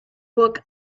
book